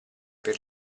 per